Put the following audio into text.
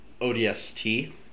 ODST